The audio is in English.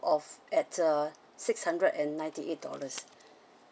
of at uh six hundred and ninety eight dollars